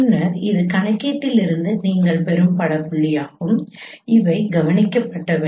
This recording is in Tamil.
பின்னர் இது கணக்கீட்டிலிருந்து நீங்கள் பெறும் பட புள்ளியாகும் இவை கவனிக்கப்பட்டவை